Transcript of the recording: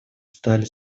стали